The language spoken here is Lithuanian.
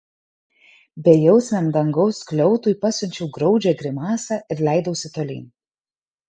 bejausmiam dangaus skliautui pasiunčiau graudžią grimasą ir leidausi tolyn